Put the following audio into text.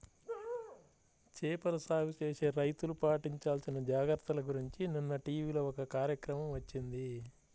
చేపల సాగు చేసే రైతులు పాటించాల్సిన జాగర్తల గురించి నిన్న టీవీలో ఒక కార్యక్రమం వచ్చింది